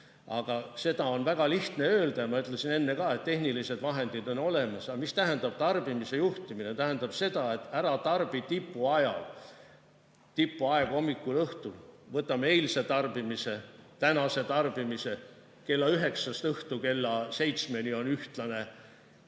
Aga seda on väga lihtne öelda. Ma ütlesin enne ka, et tehnilised vahendid on olemas. Ent mida tähendab tarbimise juhtimine? See tähendab seda, et ära tarbi tipu ajal, tipu aeg on hommikul ja õhtul. Võtame eilse tarbimise ja tänase tarbimise. Kella 9-st õhtul kella 7-ni on ühtlane